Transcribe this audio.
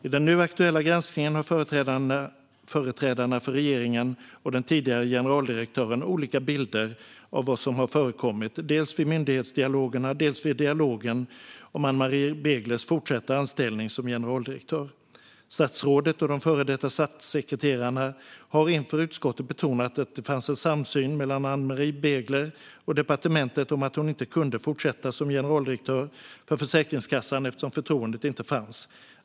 I den nu aktuella granskningen har företrädarna för regeringen och den tidigare generaldirektören olika bilder av vad som har förekommit dels vid myndighetsdialogerna, dels vid dialogen om Ann-Marie Beglers fortsatta anställning som generaldirektör. Statsrådet och de före detta statssekreterarna har inför utskottet betonat att det fanns en samsyn mellan Ann-Marie Begler och departementet om att hon inte kunde fortsätta som generaldirektör för Försäkringskassan eftersom förtroendet inte fanns.